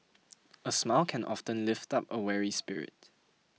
a smile can often lift up a weary spirit